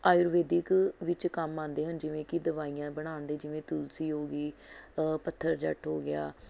ਆਯੂਰਵੇਦਿਕ ਵਿੱਚ ਕੰਮ ਆਉਂਦੇ ਹਨ ਜਿਵੇਂ ਕਿ ਦਵਾਈਆਂ ਬਣਾਉਣ ਦੇ ਜਿਵੇਂ ਤੁਲਸੀ ਹੋ ਗਈ ਪੱਥਰਚੱਟ ਹੋ ਗਿਆ